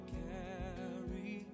carry